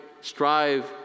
strive